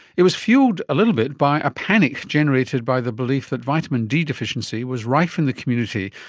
it was fuelled a little bit by a panic generated by the belief that vitamin d deficiency was rife in the community,